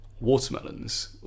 watermelons